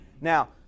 Now